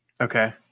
Okay